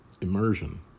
immersion